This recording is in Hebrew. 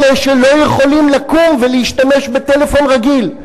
אלה שלא יכולים לקום ולהשתמש בטלפון רגיל.